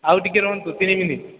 ଆଉ ଟିକେ ରୁହନ୍ତୁ ତିନି ମିନିଟ୍